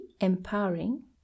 empowering